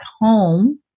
home